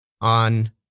on